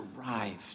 arrived